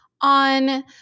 on